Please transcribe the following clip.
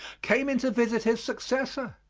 came in to visit his successor,